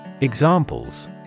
Examples